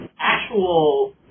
actual